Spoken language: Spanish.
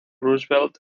roosevelt